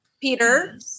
Peter